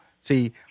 see